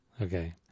Okay